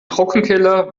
trockenkeller